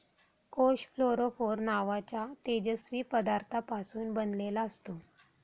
कोष फ्लोरोफोर नावाच्या तेजस्वी पदार्थापासून बनलेला असतो